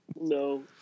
No